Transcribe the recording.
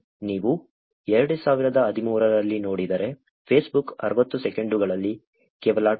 ನೀವು 2013 ರಲ್ಲಿ ನೋಡಿದರೆ ಫೇಸ್ಬುಕ್ 60 ಸೆಕೆಂಡುಗಳಲ್ಲಿ ಕೇವಲ 2